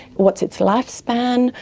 what's its lifespan,